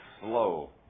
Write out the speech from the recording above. slow